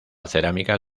cerámica